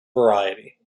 variety